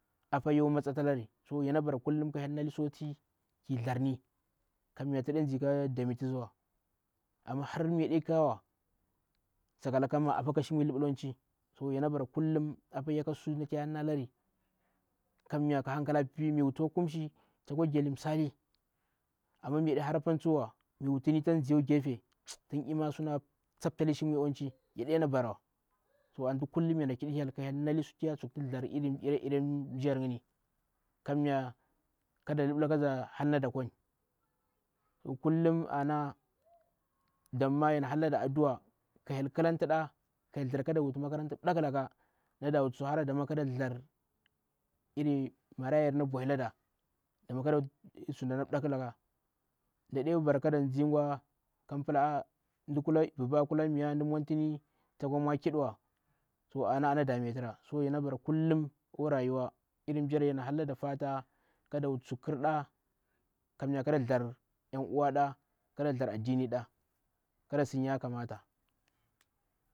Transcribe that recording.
cho yabara kullum ka hyelni su akwasi ki thdjarni ka muya taɗe ndze ka damantisiwa. Amma har mi yaɗikhi kawa sakalak apaa ka shimwi limbla akawa chil yana bara kullum ka ndzi yaka sutu yanalari kammya ka hankala piipii, mi wuti toci kumshi akwa ndzeli msali; gmma mi yaɗi hara apaniwe mi wutini takwa ndzi akwa gaife ima tun sun a tsaptali shimwi akwa chii. yanɗena barawa to antu kullum yana kiɗi hyel ka hyel mali sutu ya thzdjar ireire msjii yerngi. kamya kada limbla kada za halli da kwani. kullum ana dammi yana hallada aduwa ka hyel khillanti ɗa ka hyel thzdjar kada wufi makaranta na mbda khilaka da wuti surhara dama kada thzdjar lri maɗanyerena bwahilada. Dama kada wuti suyere na mbdakhilaƙa. yaɗe bara kada ndze gwa kandplan aa mda kula ɓba kula miya mdu mwantini to kwa mwa kiɗiwa, to anah ana dametira. kullum akwa rayuwa iri mmsijiyar ngniyana haralada fata kada wuti sur khirda kammya kada thzdjar nyan uwaɗa kada thzdjar addin daa kada sun yakamata.